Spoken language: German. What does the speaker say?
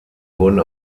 wurden